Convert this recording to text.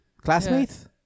Classmates